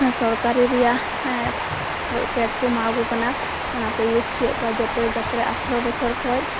ᱥᱚᱨᱠᱟᱨᱤ ᱨᱮᱭᱟᱜ ᱯᱮᱰ ᱠᱚ ᱮᱢᱟᱣ ᱠᱚ ᱠᱟᱱᱟ ᱚᱱᱟ ᱠᱚ ᱤᱭᱩᱡᱽ ᱚᱪᱚᱭᱮᱫ ᱠᱚᱣᱟ ᱡᱚᱛᱚ ᱡᱟᱛᱨᱟ ᱟᱴᱷᱨᱚ ᱵᱚᱪᱷᱚᱨ ᱠᱷᱚᱡ